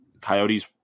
coyotes